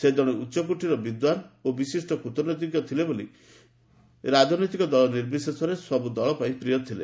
ସେ ଜଣେ ଉଚ୍ଚକୋଟୀର ବିଦ୍ୱାନ ଓ ବିଶିଷ୍ଟ କୂଟନୀତିଜ୍ଞ ଥିଲେ ଯିଏ ରାଜନୈତିକ ଦଳ ନିର୍ବିଶେଷରେ ସବୁ ଦଳ ପାଇଁ ପ୍ରିୟ ଥିଲେ